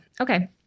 Okay